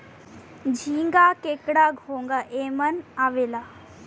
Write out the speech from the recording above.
झींगा, केकड़ा, घोंगा एमन आवेला